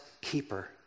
keeper